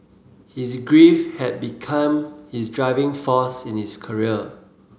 his grief had become his driving force in his career